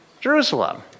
Jerusalem